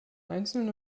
einzeln